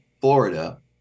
Florida